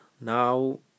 Now